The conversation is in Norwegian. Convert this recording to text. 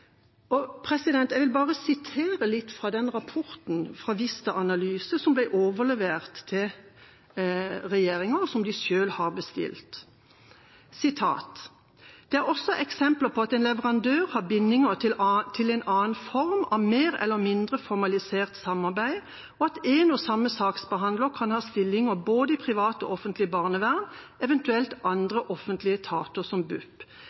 Jeg vil sitere fra den rapporten fra Vista Analyse, som ble overlevert til regjeringa, og som de selv har bestilt: «Det er også eksempler på at én leverandør har bindinger til en annen i form av mer eller mindre formalisert samarbeid, og at én og samme saksbehandler kan ha stillinger både i privat og offentlig barnevern, evt. andre offentlige etater som BUP.